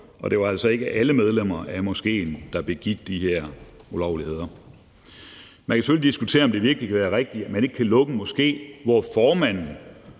og at det altså ikke var alle medlemmer af moskéen, der begik de her ulovligheder. Man kan selvfølgelig diskutere, om det virkelig kan være rigtigt, at man ikke kan lukke en moské, hvor formanden